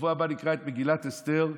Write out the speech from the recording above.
בשבוע הבא נקרא את מגילת אסתר.